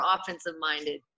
offensive-minded